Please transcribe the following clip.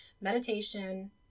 meditation